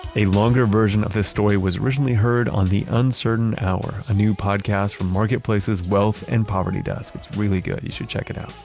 a longer version of this story was originally heard on the uncertain hour, a new podcast from marketplace's wealth and poverty desk. it's really good. you should check it out.